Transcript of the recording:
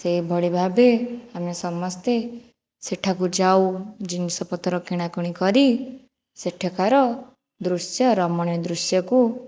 ସେଇ ଭଳି ଭାବେ ଆମେ ସମସ୍ତେ ସେଠାକୁ ଯାଉ ଜିନିଷ ପତ୍ର କିଣାକିଣି କରି ସେଠାକାର ଦୃଶ୍ୟ ରମଣୀୟ ଦୃଶ୍ୟକୁ